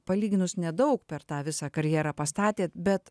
palyginus nedaug per tą visą karjerą pastatėt bet